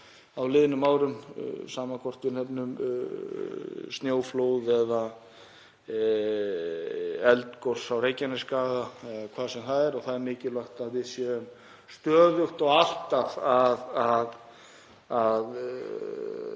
á liðnum árum, sama hvort við nefnum snjóflóð, eldgos á Reykjanesskaga eða hvað sem er, og það er mikilvægt að við séum stöðugt og alltaf að